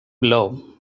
blow